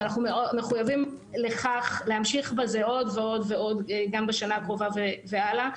אנחנו מחויבים לכך להמשיך בזה עוד ועוד גם בשנה הקרובה והלאה.